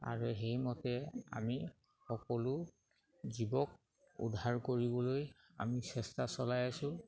আৰু সেইমতে আমি সকলো জীৱক উদ্ধাৰ কৰিবলৈ আমি চেষ্টা চলাই আছোঁ